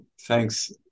Thanks